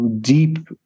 deep